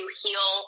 heal